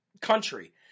country